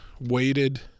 weighted